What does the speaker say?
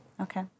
okay